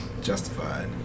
Justified